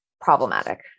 problematic